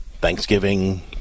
Thanksgiving